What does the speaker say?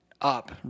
up